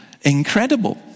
Incredible